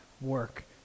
work